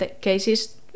cases